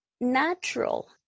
natural